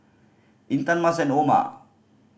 Intan Mas and Omar